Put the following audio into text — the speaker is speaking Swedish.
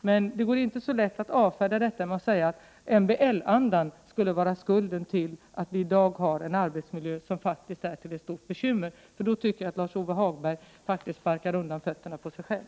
Men man kan inte avfärda det hela genom att säga att MBL-andan skulle vara skuld till att vi i dag har en arbetsmiljö som faktiskt är ett stort bekymmer, för då tycker jag att Lars-Ove Hagberg sparkar undan fötterna på sig själv.